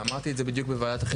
מאמריקה,